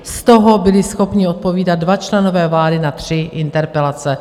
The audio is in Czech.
Z toho byli schopni odpovídat dva členové vlády na tři interpelace.